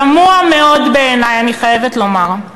תמוה מאוד בעיני, אני חייבת לומר.